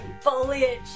foliage